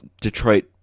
Detroit